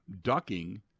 ducking